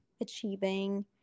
achieving